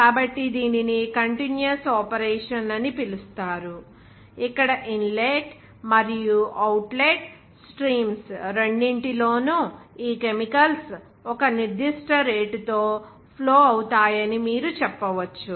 కాబట్టి దీనిని continuous operation అని పిలుస్తారు ఇక్కడ ఇన్లెట్ మరియు అవుట్లెట్ స్ట్రీమ్స్ రెండింటిలోనూ ఈ కెమికల్స్ ఒక నిర్దిష్ట రేటుతో ఫ్లో అవుతాయి అని మీరు చెప్పవచ్చు